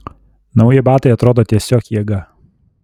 nauji batai atrodo tiesiog jėga